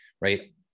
right